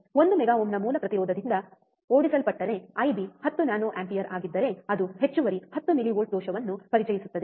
ಒಂದು ಮೆಗಾ ಓಮ್ನ ಮೂಲ ಪ್ರತಿರೋಧದಿಂದ ಓಡಿಸಲ್ಪಟ್ಟರೆ ಐಬಿ 10 ನ್ಯಾನೊಅಂಪಿಯರ್ ಆಗಿದ್ದರೆ ಅದು ಹೆಚ್ಚುವರಿ 10 ಮಿಲಿವೋಲ್ಟ್ ದೋಷವನ್ನು ಪರಿಚಯಿಸುತ್ತದೆ